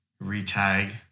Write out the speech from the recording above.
re-tag